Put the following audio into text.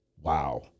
wow